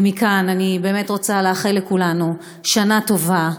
ומכאן אני באמת רוצה לאחל לכולנו שנה טובה,